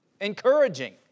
Encouraging